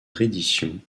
reddition